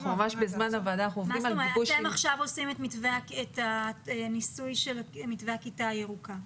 אתם עכשיו עושים את הניסוי של מתווה הכיתה הירוקה.